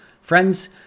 Friends